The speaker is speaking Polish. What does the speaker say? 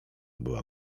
była